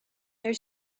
their